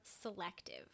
selective